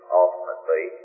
ultimately